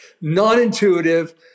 non-intuitive